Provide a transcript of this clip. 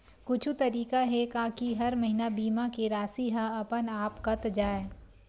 कुछु तरीका हे का कि हर महीना बीमा के राशि हा अपन आप कत जाय?